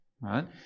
Right